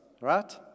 right